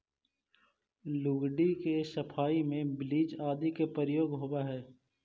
लुगदी के सफाई में ब्लीच आदि के प्रयोग होवऽ हई